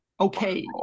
Okay